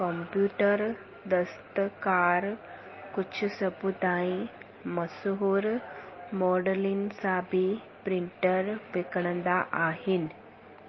computer दस्तकार कुझु सभु ताईं मशहूरु मॉडलनि सां बि प्रिंटर विकिणंदा आहिनि